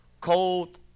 cold